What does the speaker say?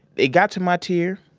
they got to my tier.